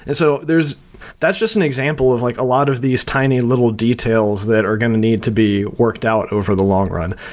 and so that's just an example of like a lot of these tiny little details that are going to need to be worked out over the long run.